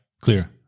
clear